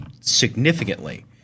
significantly